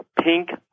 Pink